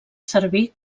servir